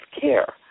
care